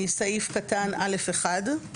מסעיף קטן (א1)